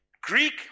Greek